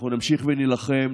אנחנו נמשיך להילחם,